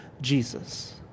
Jesus